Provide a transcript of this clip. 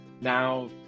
now